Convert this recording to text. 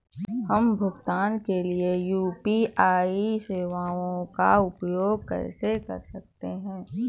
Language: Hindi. हम भुगतान के लिए यू.पी.आई सेवाओं का उपयोग कैसे कर सकते हैं?